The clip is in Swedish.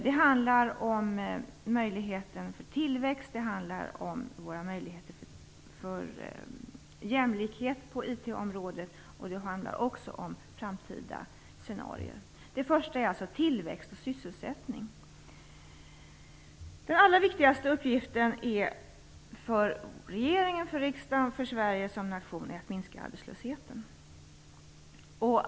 Det handlar om möjlighet till tillväxt, om möjlighet till jämlikhet på IT-området och om framtida scenarier. Det första är alltså tillväxt och sysselsättning. Den allra viktigaste uppgiften för regering, riksdag och Sverige som nation är att minska arbetslösheten.